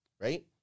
right